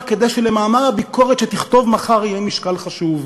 כדי שלמאמר הביקורת שיכתוב מחר יהיה משקל חשוב.